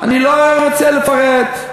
אני לא רוצה לפרט.